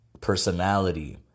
personality